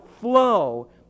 flow